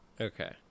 Okay